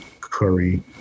curry